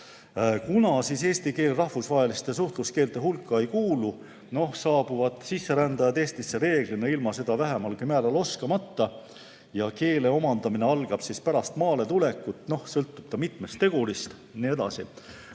Kuna eesti keel rahvusvaheliste suhtluskeelte hulka ei kuulu, saabuvad sisserändajad Eestisse reeglina ilma seda vähemalgi määral oskamata. Ja keele omandamine algab pärast maaletulekut, sõltub mitmest tegurist jne.